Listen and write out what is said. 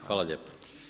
Hvala lijepo.